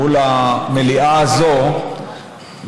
מול המליאה הזאת,